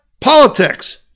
politics